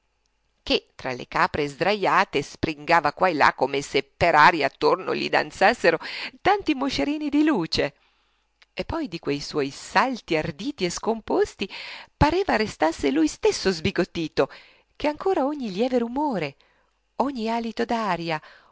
che tra le capre sdraiate springava qua e là come se per aria attorno gli danzassero tanti moscerini di luce e poi di quei suoi salti arditi e scomposti pareva restasse lui stesso sbigottito ché ancora ogni lieve rumore ogni alito